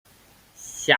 辖下